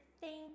thank